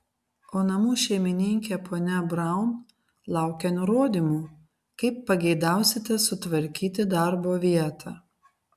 o namų šeimininkė ponia braun laukia nurodymų kaip pageidausite sutvarkyti darbo vietą